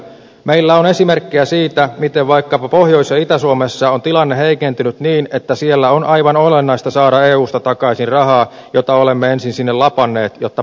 meillä on esimerkkejä siitä miten vaikkapa pohjois ja itä suomessa on tilanne heikentynyt niin että siellä on aivan olennaista saada eusta takaisin rahaa jota olemme ensin sinne lapanneet jotta pärjätään